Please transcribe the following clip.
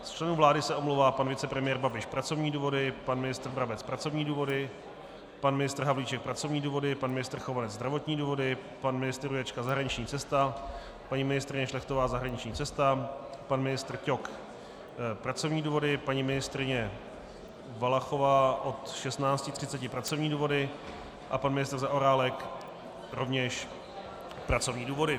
Z členů vlády se omlouvá pan vicepremiér Babiš pracovní důvody, pan ministr Brabec pracovní důvody, pan ministr Havlíček pracovní důvody, pan ministr Chovanec zdravotní důvody, pan ministr Jurečka zahraniční cesta, paní ministryně Šlechtová zahraniční cesta, pan ministr Ťok pracovní důvody, paní ministryně Valachová od 16.30 hodin pracovní důvody a pan ministr Zaorálek rovněž pracovní důvody.